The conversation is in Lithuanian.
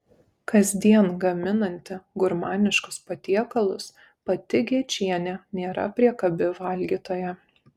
kasdien gaminanti gurmaniškus patiekalus pati gečienė nėra priekabi valgytoja